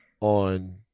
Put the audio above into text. on